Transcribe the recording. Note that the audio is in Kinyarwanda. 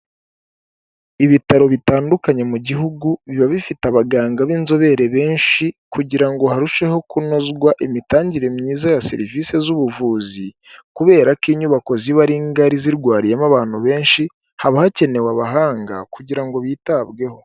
Ibitaro bitandukanye mu gihugu biba bifite abaganga b'inzobere benshi kugira ngo harusheho kunozwa imitangire myiza ya serivisi z'ubuvuzi, kubera ko inyubako ziba ari ngari zirwariyemo abantu benshi haba hakenewe abahanga kugira ngo bitabweho.